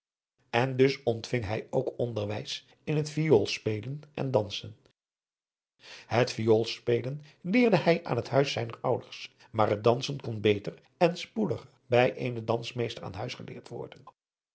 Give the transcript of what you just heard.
en dus ontving hij ook onderwijs in het vioolspelen en dansen het vioolspelen leerde hij aan het huis zijner ouders maar het dansen kon beter en spoediger bij eenen dansmeester aan huis geleerd worden